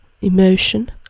emotion